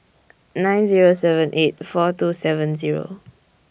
nine Zero seven eight four two seven Zero